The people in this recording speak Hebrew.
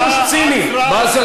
באסל,